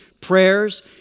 prayers